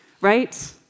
right